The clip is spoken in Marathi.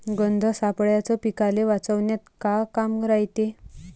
गंध सापळ्याचं पीकाले वाचवन्यात का काम रायते?